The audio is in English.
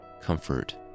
comfort